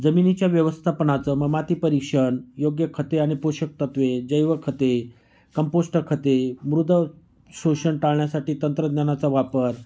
जमिनीच्या व्यवस्थापनाचं मग मातीपरीक्षण योग्य खते आणि पोषक तत्त्वे जैव खते कंपोस्ट खते मृद्शोषण टाळण्यासाठी तंत्रज्ञानाचा वापर